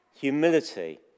humility